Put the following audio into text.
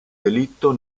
delitto